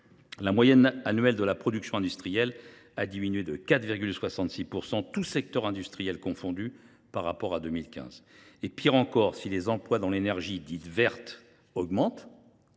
La moyenne annuelle de notre production industrielle a diminué de 4,66 %, tous secteurs industriels confondus, par rapport à 2015. Pire encore, si le nombre d’emplois dans l’énergie dite verte augmente,